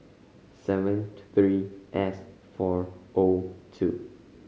seventh three S four O two